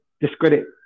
discredit